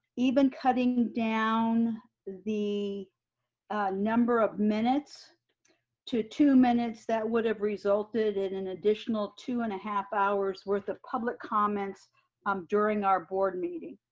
even cutting down the number of minutes to two minutes that would have resulted in an additional two and a half hours worth of public comments um during our board meeting.